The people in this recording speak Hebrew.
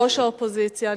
ראש האופוזיציה.